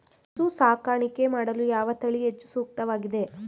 ಹಸು ಸಾಕಾಣಿಕೆ ಮಾಡಲು ಯಾವ ತಳಿ ಹೆಚ್ಚು ಸೂಕ್ತವಾಗಿವೆ?